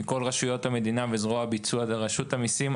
עם כל רשויות המדינה וזרוע הביצוע ברשות המיסים.